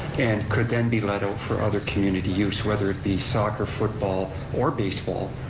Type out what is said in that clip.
and could then be let out for other community use, whether it be soccer, football, or baseball.